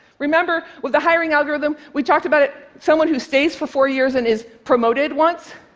remember with the hiring algorithm? we talked about it. someone who stays for four years and is promoted once?